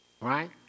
Right